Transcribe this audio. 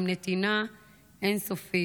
עם נתינה אין-סופית.